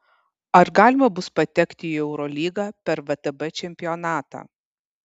ar galima bus patekti į eurolygą per vtb čempionatą